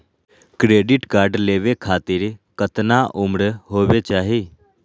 Credit card लेवे खातीर कतना उम्र होवे चाही?